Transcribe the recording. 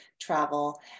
travel